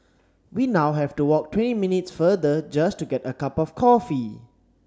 we now have to walk twenty minute further just to get a cup of coffee